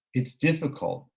it's difficult,